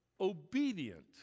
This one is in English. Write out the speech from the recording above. obedient